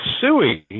suing